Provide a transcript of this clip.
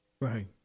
Right